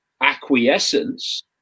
acquiescence